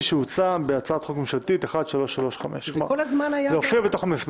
שהוצע בהצעת חוק ממשלתית 1335. זה הופיע בתוך המסמך.